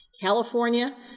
California